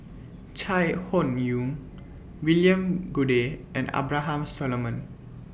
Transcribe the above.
Chai Hon Yoong William Goode and Abraham Solomon